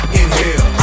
inhale